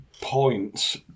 points